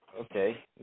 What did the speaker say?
Okay